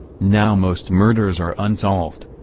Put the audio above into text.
now most murders are unsolved.